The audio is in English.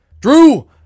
Drew